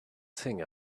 thing